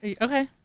okay